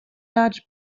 large